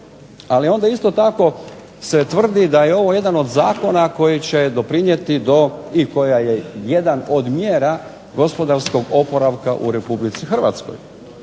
Ali onda isto tako se tvrdi da je ovo jedan od zakona koji će doprinijeti do, i koja je jedan od mjera gospodarskog oporavka u Republici Hrvatskoj.